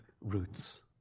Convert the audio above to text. roots